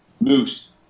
moose